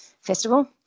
festival